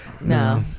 no